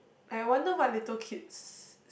I wonder what little kids